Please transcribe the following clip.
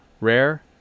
rare